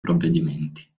provvedimenti